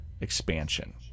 expansion